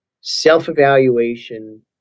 self-evaluation